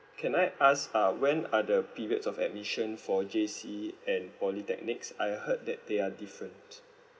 can I ask uh when are the periods of admission for J_C and polytechnics I heard that they are different